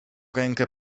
rękę